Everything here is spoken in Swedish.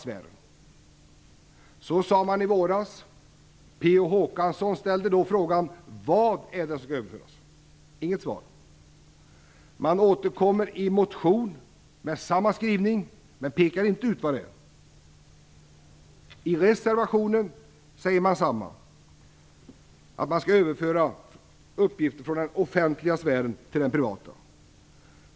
Så sade han även i våras. Per-Olof Håkansson ställde då frågan: Vad är det som skall överföras? Inget svar. Man återkommer i en motion med samma skrivning, men man pekar inte ut vad det är som skall överföras. I reservationen säger man samma sak.